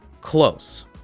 close